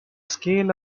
scale